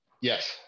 yes